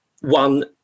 one